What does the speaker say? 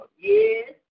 Yes